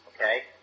okay